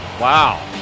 Wow